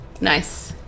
Nice